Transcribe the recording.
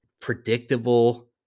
predictable